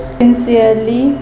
sincerely